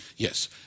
Yes